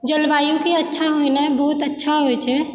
जलवायुके अच्छा होनाइ बहुत अच्छा होइत छै